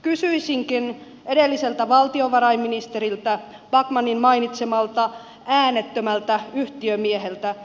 kysyisinkin edelliseltä valtiovarainministeriltä backmanin mainitsemalta äänettömältä yhtiömieheltä